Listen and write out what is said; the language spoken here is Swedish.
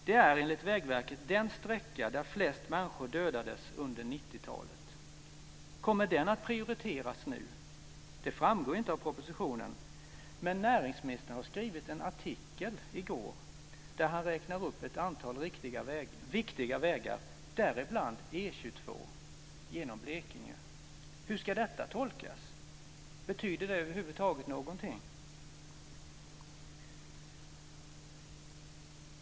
Det är enligt Vägverket den sträcka där flest människor dödades under 90-talet. Kommer den att prioriteras nu? Det framgår inte av propositionen, men näringsministern har skrivit en artikel i går där han räknar upp ett antal viktiga vägar, däribland E 22 genom Blekinge. Hur ska detta tolkas? Betyder det över huvud taget någonting?